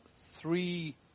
three